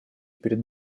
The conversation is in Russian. перед